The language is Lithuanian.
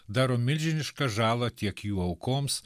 daro milžinišką žalą tiek jų aukoms